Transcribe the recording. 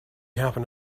happen